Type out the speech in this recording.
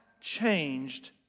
changed